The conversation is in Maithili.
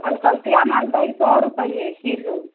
कलकतिया मालदह है सए रुपैआ किलो